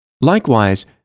Likewise